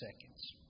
seconds